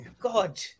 God